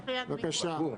בבקשה.